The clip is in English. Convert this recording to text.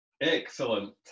Excellent